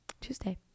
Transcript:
Tuesday